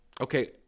Okay